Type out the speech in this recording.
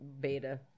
Beta